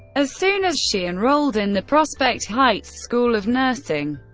as soon as she enrolled in the prospect heights school of nursing,